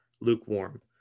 lukewarm